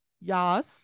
Yes